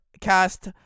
cast